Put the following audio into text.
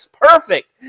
perfect